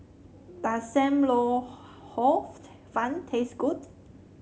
does Sam Lau Hor Fun taste good